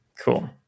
Cool